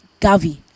Gavi